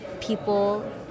people